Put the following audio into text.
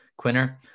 quinner